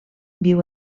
viu